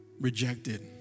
rejected